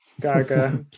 Gaga